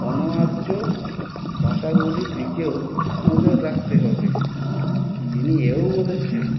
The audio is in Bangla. অনার্য ভাষাগুলির দিকেও নজর রাখতে হবে তিনি এও বলেছেন